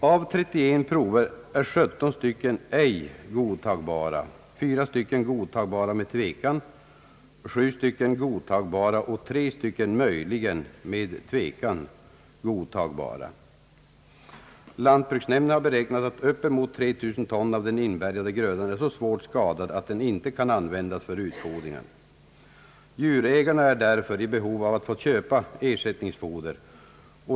Av 31 prover var 17 stycken ej godtagbara, 4 stycken godtagbara med tvekan, 7 stycken godtagbara och 3 stycken möjligen med tvekan godtagbara. Lantbruksnämnden har beräknat att upp emot 3 000 ton av den inbärgade grödan är så svårt skadad att den inte kan användas för utfodring. Djurägarna är därför i behov av att få köpa ersättningsfoder.